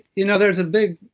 you know there's a big.